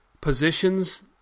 positions